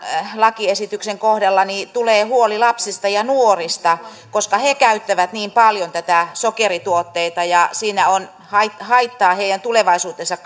lakiesityksen kohdalla tulee huoli lapsista ja nuorista koska he käyttävät niin paljon näitä sokerituotteita ja siitä on haittaa heidän tulevaisuutensa